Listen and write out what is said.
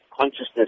consciousness